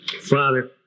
Father